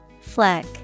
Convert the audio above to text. Fleck